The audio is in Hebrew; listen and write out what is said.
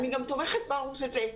אני גם תומכת בערוץ הזה,